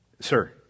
sir